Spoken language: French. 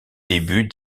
début